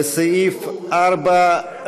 לסעיף 4,